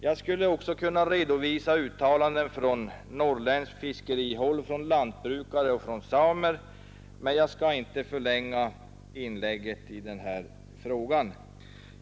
Jag skulle också kunna redovisa uttalanden från norrländskt fiskerihåll, från lantbrukare och från samer, men jag skall inte förlänga inlägget i den här frågan.